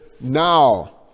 Now